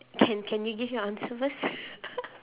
can can you give your answer first